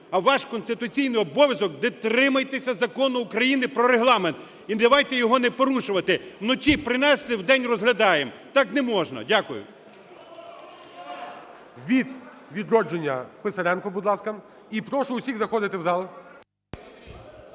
А ваш конституційний обов'язок: дотримуйтеся Закону України про Регламент. І давайте його не порушувати. Вночі принесли – вдень розглядаємо. Так неможна. Дякую. ГОЛОВУЮЧИЙ. Від "Відродження" Писаренко, будь ласка. І прошу усіх заходити в зал.